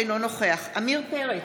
אינו נוכח עמיר פרץ,